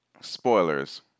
spoilers